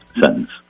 sentence